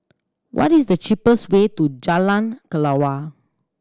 what is the cheapest way to Jalan Kelawar